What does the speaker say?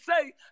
say